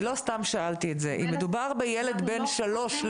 אם מדובר בילד בן שלוש,